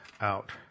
out